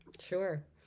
Sure